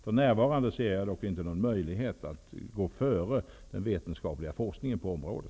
Jag ser dock inte för närvarande någon möjlighet att gå före den vetenskapliga forskningen på området.